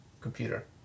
computer